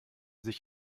sich